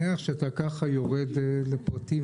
אני שמח שאתה ככה יורד לפרטים.